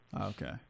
okay